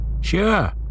Sure